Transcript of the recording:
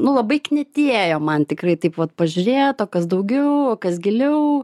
nu labai knietėjo man tikrai taip vat pažiūrėt kas daugiau kas giliau